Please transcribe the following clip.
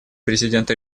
президента